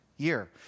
year